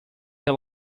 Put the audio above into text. they